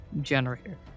generator